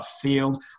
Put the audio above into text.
field